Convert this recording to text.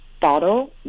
bottle